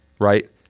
right